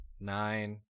nine